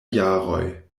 jaroj